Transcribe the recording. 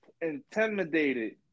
intimidated